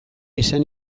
esan